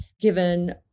given